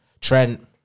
Trent